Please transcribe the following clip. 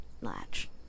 latch